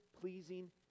pleasing